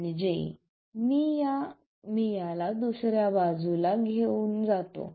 म्हणजे मी याला दुसऱ्या बाजूला घेऊन जातो